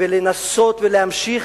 ולנסות ולהמשיך,